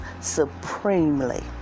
supremely